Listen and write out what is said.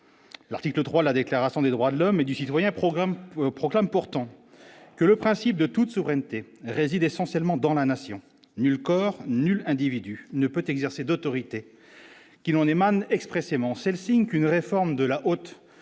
l'article 3 de la déclaration des droits de l'homme et du citoyen programme proclame pourtant que le principe de toute souveraineté réside essentiellement dans la nation nul corps, nul individu ne peut exercer d'autorité qui n'en émane expressément, c'est le signe qu'une réforme de la haute fonction